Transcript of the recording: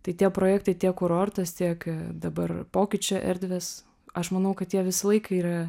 tai tie projektai tiek kurortas tiek dabar pokyčių erdvės aš manau kad jie visą laiką yra